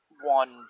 one